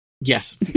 Yes